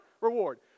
reward